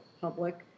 public